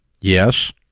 Yes